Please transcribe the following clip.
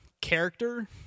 character